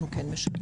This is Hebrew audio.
אנחנו כן משלמים.